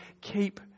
Keep